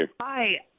Hi